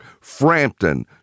Frampton